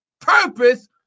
purpose